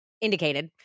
indicated